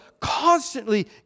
constantly